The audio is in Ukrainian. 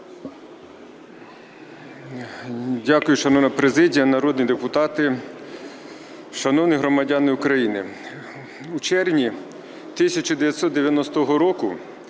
Дякую. Шановна президія, народні депутати, шановні громадяни України! У червні 1990 року,